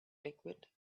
liquid